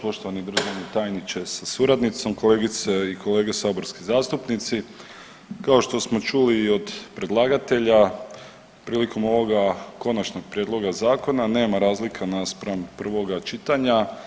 Poštovani državni tajniče sa suradnicom, kolegice i kolege saborski zastupnici kao što smo čuli i od predlagatelja prilikom ovoga konačnog prijedloga zakona nema razlika naspram prvoga čitanja.